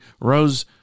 rose